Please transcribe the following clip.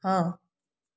हाँ